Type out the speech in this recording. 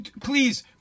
Please